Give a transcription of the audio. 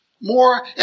more